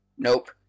Nope